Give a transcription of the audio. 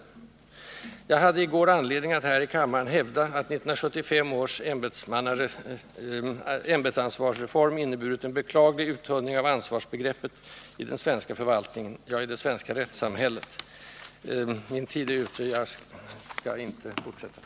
Jag hade i går anledning att här i kammaren hävda, att 1975 års ämbetsansvarsreform inneburit en beklaglig uttunning av ansvarsbegreppet i den svenska förvaltningen, ja, i det svenska rättssamhället. Herr talman! Min taletid är ute, och jag får därför nu begränsa mig till det sagda.